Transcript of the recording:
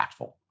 impactful